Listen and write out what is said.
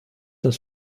das